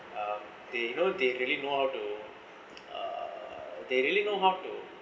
um they know they really know how to err they really know how to